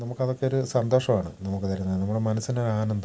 നമുക്ക് അതൊക്കെയൊരു സന്തോഷമാണ് നമുക്ക് തരുന്നത് നമ്മുടെ മനസ്സിന് ഒരാനന്ദം